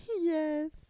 Yes